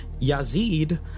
Yazid